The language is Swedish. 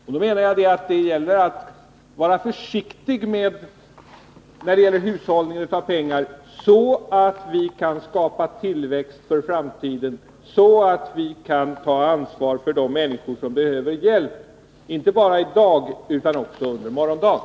Jag menar att det gäller att vara försiktig och hushålla med pengar, så att vi kan skapa tillväxt för framtiden och ta ansvar för de människor som behöver hjälp och då inte bara i dag utan också under morgondagen.